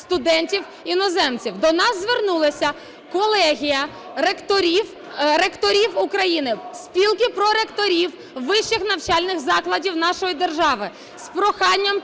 студентів-іноземців. До нас звернулася колегія ректорів України спілки проректорів вищих навчальних закладів нашої держави з проханням